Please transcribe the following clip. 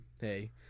hey